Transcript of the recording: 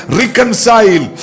reconcile